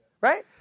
right